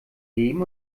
leben